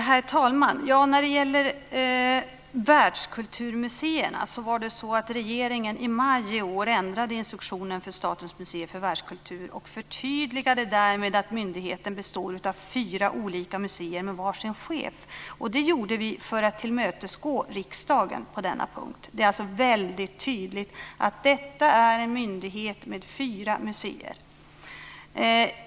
Herr talman! Regeringen ändrade i maj i år instruktionen för Statens museer för världskultur och förtydligade därmed att myndigheten består av fyra olika museer med varsin chef. Det gjorde vi för att tillmötesgå riksdagen på denna punkt. Det är alltså väldigt tydligt att detta är en myndighet med fyra museer.